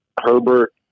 Herbert